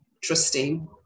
trusting